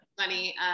funny